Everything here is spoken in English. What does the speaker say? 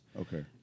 Okay